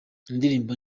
indirimbo